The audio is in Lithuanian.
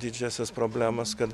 didžiąsias problemas kad